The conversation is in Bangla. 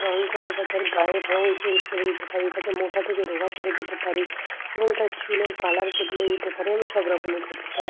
রঙ করে বা তার গায়ে রঙ চেঞ্জ করে দিতে পারি তাতে মোটা থেকে রোগা করে দিতে পারি এবং তার চুলের কালার বদলে দিতে পারি আমি সব রকমই করতে পারি